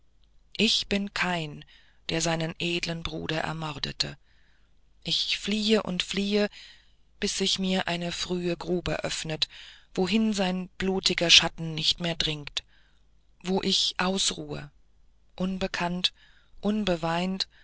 ich bin kain der seinen edlen bruder ermordete ich fliehe und fliehe bis sich mir eine frühe grube öffnet wohin sein blutiger schatten nicht mehr dringt wo ich ausruhe ungekannt unbeweint